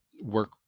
work